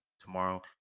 tomorrow